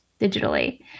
digitally